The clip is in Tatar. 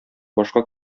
башка